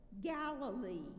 Galilee